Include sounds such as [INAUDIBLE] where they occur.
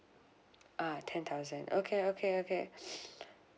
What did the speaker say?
ah ten thousand okay okay okay [BREATH]